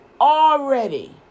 already